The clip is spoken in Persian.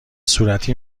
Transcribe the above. صورتی